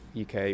UK